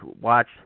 Watch